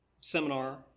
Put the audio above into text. seminar